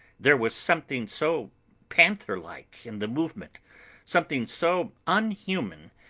there was something so panther-like in the movement something so unhuman,